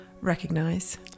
recognize